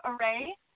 array